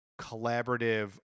collaborative